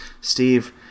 Steve